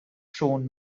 schon